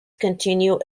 continue